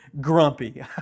grumpy